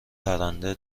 پرنده